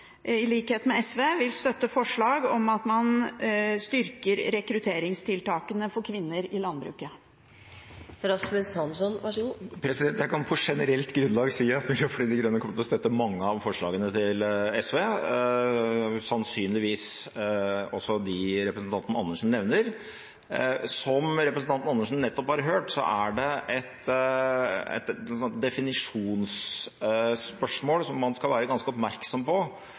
i likhet med SV, vil støtte forslag om at man styrker rekrutteringstiltakene for kvinner i landbruket. Jeg kan på generelt grunnlag si at Miljøpartiet De Grønne kommer til å støtte mange av forslagene til SV, sannsynligvis også de representanten Karin Andersen nevner. Som representanten Karin Andersen nettopp har hørt, er det et definisjonsspørsmål som man skal være ganske oppmerksom på,